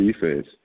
defense